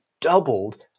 doubled